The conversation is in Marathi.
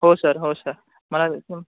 हो सर हो सर मला तुम